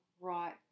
right